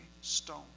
stone